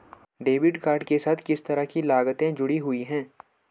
Debit card के साथ किस तरह की लागतें जुड़ी हुई हैं?